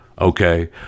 Okay